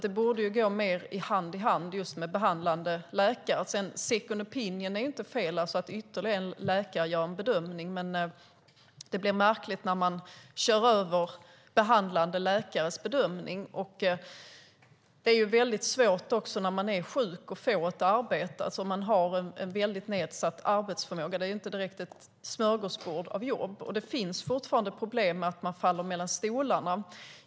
Det borde gå hand i hand med en behandlande läkare. Second opinion är inte fel, alltså att ytterligare en läkare gör en bedömning, men det är märkligt när man kör över behandlande läkares bedömning. Det är väldigt svårt att få ett arbete när man är sjuk och har en nedsatt arbetsförmåga. Det är inte direkt ett smörgåsbord av jobb. Det finns fortfarande problem med att man faller mellan stolarna.